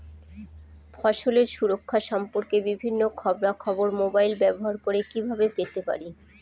ফসলের সুরক্ষা সম্পর্কে বিভিন্ন খবরা খবর মোবাইল ব্যবহার করে কিভাবে পেতে পারি?